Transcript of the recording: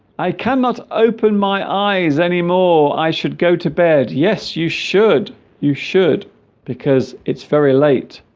i cannot open my eyes anymore i should go to bed yes you should you should because it's very late